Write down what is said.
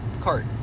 cart